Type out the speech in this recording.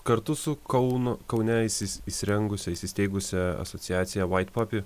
kartu su kaunu kaune įsis įsirengusia įsteigusia asociacija vuait popi